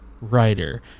writer